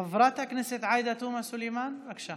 חברת הכנסת עאידה תומא סלימאן, בבקשה.